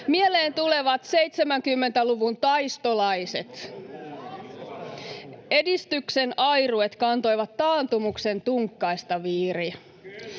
Mieleen tulevat 70-luvun taistolaiset: edistyksen airuet kantoivat taantumuksen tunkkaista viiriä.